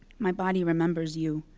my body remembers you,